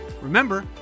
Remember